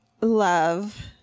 love